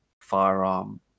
firearm